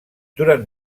durant